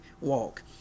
walk